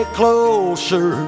closer